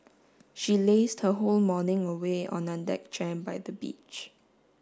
she lazed her whole morning away on a deck chair by the beach